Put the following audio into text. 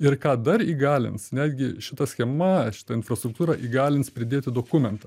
ir ką dar įgalins netgi šita schema šita infrastruktūra įgalins pridėti dokumentą